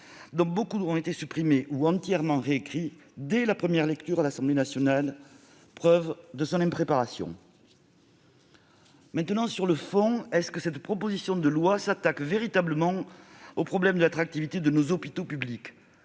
dont beaucoup ont été supprimés ou entièrement réécrits dès son examen en première lecture à l'Assemblée nationale, preuve de son impréparation ! Sur le fond, cette proposition de loi s'attaque-t-elle véritablement au problème de l'attractivité de nos hôpitaux publics ?